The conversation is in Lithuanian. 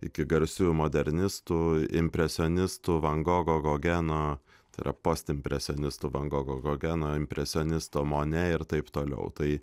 iki garsiųjų modernistų impresionistų van gogo gogeno tai yra postimpresionistų van gogo gogeno impresionistų mone ir taip toliau tai